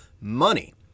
money